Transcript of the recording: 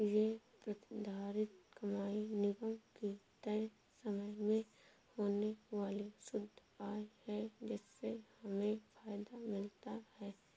ये प्रतिधारित कमाई निगम की तय समय में होने वाली शुद्ध आय है जिससे हमें फायदा मिलता है